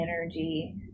energy